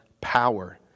power